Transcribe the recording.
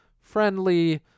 friendly